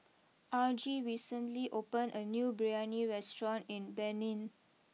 Argie recently opened a new Biryani restaurant in Benin